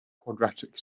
quadratic